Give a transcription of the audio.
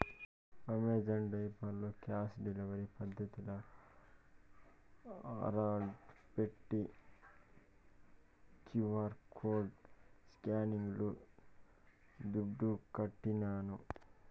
Amazon diaper cash delivery పద్దతిల order పెట్టి QR code స్కానింగ్ల దుడ్లుకట్టినాను